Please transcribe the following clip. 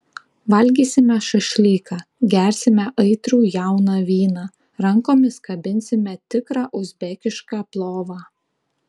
valgysime šašlyką gersime aitrų jauną vyną rankomis kabinsime tikrą uzbekišką plovą